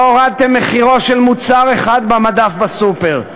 לא הורדתם את מחירו של מוצר אחד על המדף בסופר.